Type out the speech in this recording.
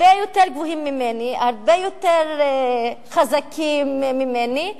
הרבה יותר גבוהים ממני, הרבה יותר חזקים ממני,